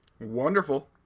Wonderful